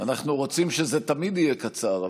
אנחנו רוצים שזה תמיד יהיה קצר,